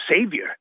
savior